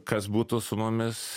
kas būtų su mumis